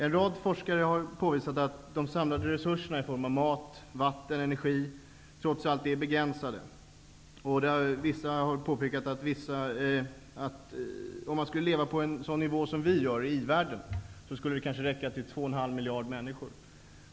En rad forskare har påvisat att de samlade resurerna i form av mat, vatten och energi trots allt är begränsade. Vissa har påpekat att om man skulle leva på en sådan nivå som vi gör i i-världen skulle resurserna räcka till ca 2,5 miljarder människor.